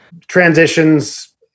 Transitions